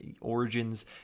Origins